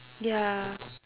ya